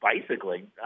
bicycling